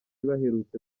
baherutse